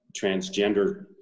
transgender